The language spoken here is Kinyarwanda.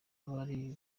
bari